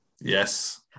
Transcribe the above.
Yes